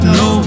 no